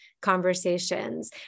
conversations